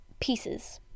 pieces